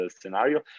scenario